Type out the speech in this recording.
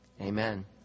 Amen